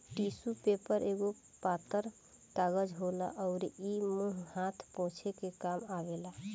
tissue paper एगो पातर कागज होला अउरी इ मुंह हाथ पोछे के काम आवेला